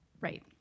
Right